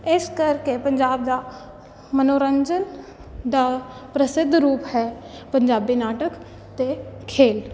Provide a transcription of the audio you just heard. ਇਸ ਕਰਕੇ ਪੰਜਾਬ ਦਾ ਮਨੋਰੰਜਨ ਦਾ ਪ੍ਰਸਿੱਧ ਰੂਪ ਹੈ ਪੰਜਾਬੀ ਨਾਟਕ ਅਤੇ ਖੇਲ